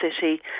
city